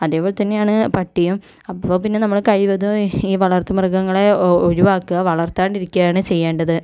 അതേപോലെ തന്നെയാണ് പട്ടിയും അപ്പോൾ പിന്നെ നമ്മള് കഴിവതും ഈ വളർത്തു മൃഗങ്ങളെ ഒഴിവാക്കുക വളർത്താണ്ടിരിക്കയാണ് ചെയ്യേണ്ടത്